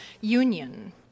Union